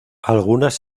algunas